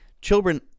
children